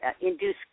induce